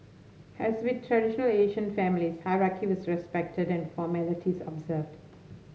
as with traditional Asian families hierarchy was respected and formalities observed